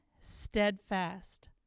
steadfast